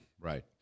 Right